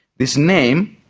this name,